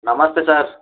నమస్తే సార్